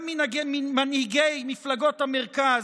כן, גם מנהיגי מפלגות המרכז,